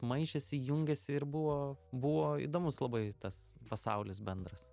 maišėsi jungėsi ir buvo buvo įdomus labai tas pasaulis bendras